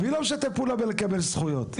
איתן, מי לא ישתף פעולה בלקבל זכויות?